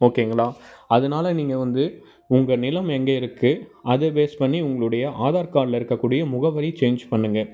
ஓகேங்களா அதனால நீங்கள் வந்து உங்கள் நிலம் எங்கே இருக்கு அதை பேஸ் பண்ணி உங்களுடைய ஆதார் கார்டில் இருக்கக்கூடிய முகவரி சேஞ்ச் பண்ணுங்கள்